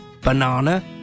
banana